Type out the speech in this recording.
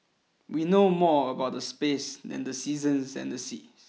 we know more about the space than the seasons and the seas